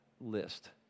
list